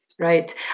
Right